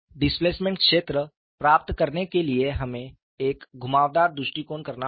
डिस्प्लेसमेंटक्षेत्र प्राप्त करने के लिए हमें एक घुमावदार दृष्टिकोण करना पड़ा